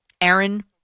Aaron